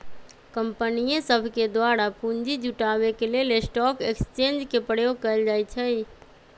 कंपनीय सभके द्वारा पूंजी जुटाबे के लेल स्टॉक एक्सचेंज के प्रयोग कएल जाइ छइ